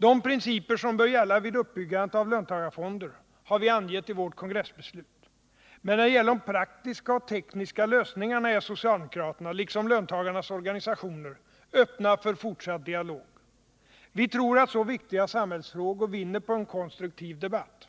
De principer som bör gälla vid uppbyggandet av löntagarfonder har vi angett i vårt kongressbeslut. Men när det gäller de praktiska och tekniska lösningarna är socialdemokraterna — liksom löntagarnas organisationer — öppna för fortsatt dialog. Vi tror att så viktiga samhällsfrågor vinner på en konstruktiv debatt.